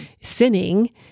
sinning